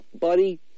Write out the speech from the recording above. buddy